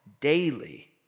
daily